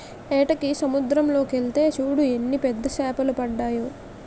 ఏటకి సముద్దరం లోకెల్తే సూడు ఎన్ని పెద్ద సేపలడ్డాయో